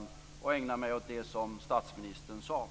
Jag skulle också vilja ägna mig åt det som statsministern sade.